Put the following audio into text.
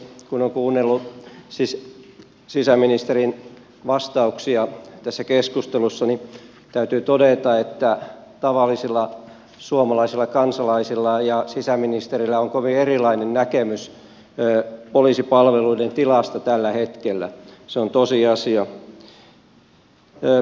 kun on kuunnellut sisäministerin vastauksia tässä keskustelussa niin täytyy todeta että tavallisilla suomalaisilla kansalaisilla ja sisäministerillä on kovin erilainen näkemys poliisipalveluiden tilasta tällä hetkellä se on tosiasia